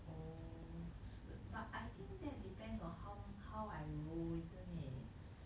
oh but I think that depends on how how I roll isn't it